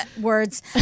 words